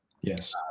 Yes